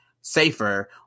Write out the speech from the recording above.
safer